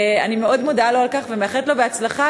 אני מאוד מודה לו על כך ומאחלת לו הצלחה,